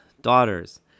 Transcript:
daughters